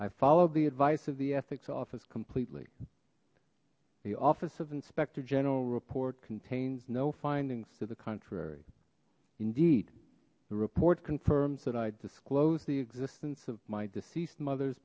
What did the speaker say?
i followed the advice of the ethics office completely the office of inspector general report contains no findings to the contrary indeed the report confirms that i disclose the existence of my deceased mother